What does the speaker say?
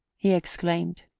he exclaimed.